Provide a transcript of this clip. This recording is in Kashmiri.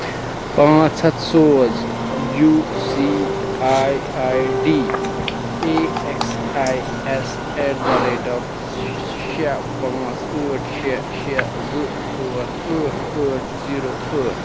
پانٛژھ ہَتھ سوز U C I I D A X I S at the rate of شےٚ پانٛژھ ٲٹھ شےٚ شےٚ زٕ ژور ٲٹھ ٲٹھ زیٖرو ٲٹھ